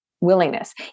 willingness